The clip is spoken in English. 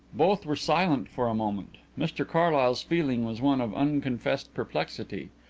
both were silent for a moment. mr carlyle's feeling was one of unconfessed perplexity.